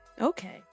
okay